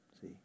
See